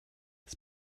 ich